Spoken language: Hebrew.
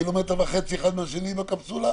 קילומטר וחצי אחד מהשני בקפסולה?